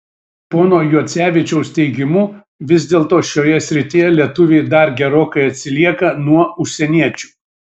pono juocevičiaus teigimu vis dėlto šioje srityje lietuviai dar gerokai atsilieka nuo užsieniečių